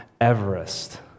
Everest